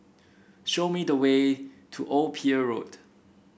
show me the way to Old Pier Road